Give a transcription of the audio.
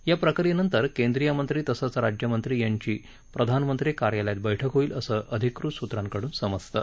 या बैठकीनंतर केंद्रीय मंत्री तसंच राज्यमंत्री यांची प्रधानमंत्री कार्यालयात बैठक होईल असं अधिकृत सूत्रांकडून समजतं